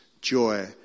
joy